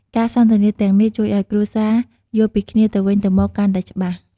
ការសន្ទនាទាំងនេះជួយឱ្យគ្រួសារយល់ពីគ្នាទៅវិញទៅមកកាន់តែច្បាស់។